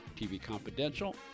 tvconfidential